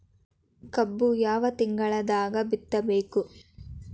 ಕಬ್ಬು ಯಾವ ತಿಂಗಳದಾಗ ಬಿತ್ತಬೇಕು?